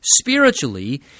spiritually